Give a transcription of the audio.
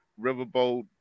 riverboat